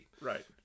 Right